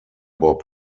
bob